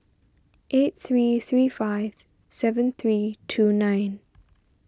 eight three three five seven three two nine